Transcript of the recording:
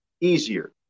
easier